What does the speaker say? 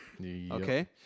Okay